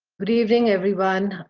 good evening, everyone.